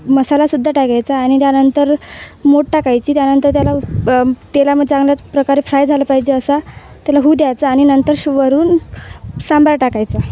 मसालासुद्धा टाकायचा आणि त्यानंतर मोट टाकायची त्यानंतर त्याला तेलामध्ये चांगल्या प्रकारे फ्राय झालं पाहिजे असा त्याला होऊ द्यायचा आणि नंतर शूवरून सांबार टाकायचा